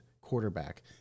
quarterback